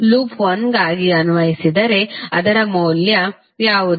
loop 1 ಗಾಗಿ ಅನ್ವಯಿಸಿದರೆ ಅದರ ಮೌಲ್ಯ ಯಾವುದು